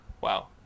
Wow